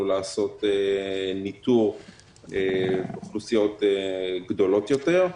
לעשות ניטור אוכלוסיות גדולות יותר.